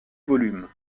volumes